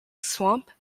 swamp